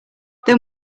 then